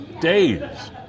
days